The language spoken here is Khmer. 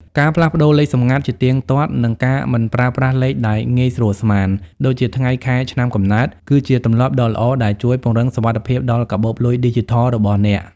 ការផ្លាស់ប្តូរលេខសម្ងាត់ ជាទៀងទាត់ និងការមិនប្រើប្រាស់លេខដែលងាយស្រួលស្មាន (ដូចជាថ្ងៃខែឆ្នាំកំណើត) គឺជាទម្លាប់ដ៏ល្អដែលជួយពង្រឹងសុវត្ថិភាពដល់កាបូបលុយឌីជីថលរបស់អ្នក។